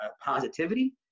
positivity